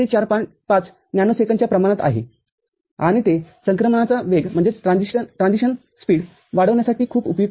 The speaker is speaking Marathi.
५ नॅनो सेकंदच्या प्रमाणात आहे आणि ते संक्रमणाचा वेग वाढविण्यासाठी खूप उपयुक्त आहे